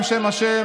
עכשיו.